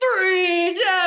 Three